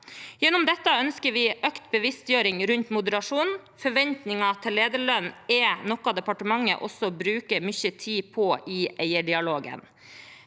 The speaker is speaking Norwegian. Gjennom dette ønsker vi økt bevisstgjøring rundt moderasjon. Forventninger til lederlønn er noe departementet også bruker mye tid på i eierdialogen.